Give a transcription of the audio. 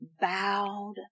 bowed